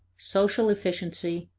social efficiency,